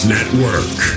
Network